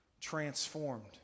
transformed